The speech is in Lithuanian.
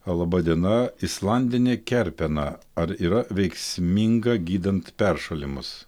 laba diena islandinė kerpena ar yra veiksminga gydant peršalimus